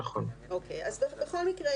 בכל מקרה,